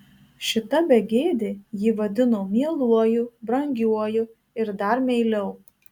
šita begėdė jį vadino mieluoju brangiuoju ir dar meiliau